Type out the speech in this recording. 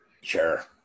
Sure